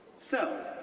so,